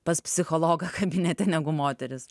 pas psichologą kabinete negu moterys